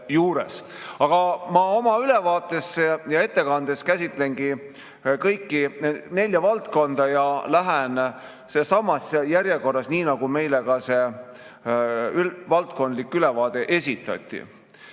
Ma oma ülevaates ja ettekandes käsitlengi kõiki nelja valdkonda ja lähen sellessamas järjekorras, nagu meile see valdkondlik ülevaade esitati.